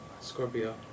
Scorpio